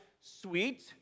sweet